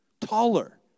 taller